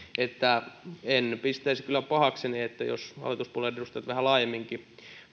niin en pistäisi kyllä pahakseni jos hallituspuolueiden edustajat vähän laajemminkin